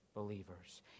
believers